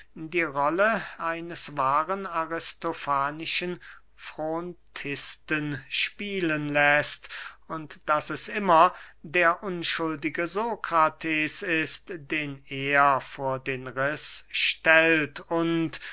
die rolle eines wahren aristofanischen frontisten spielen läßt und daß es immer der unschuldige sokrates ist den er vor den riß stellt und